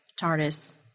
TARDIS